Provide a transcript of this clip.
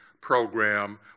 program